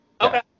Okay